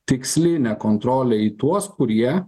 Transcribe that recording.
tikslinę kontrolę į tuos kurie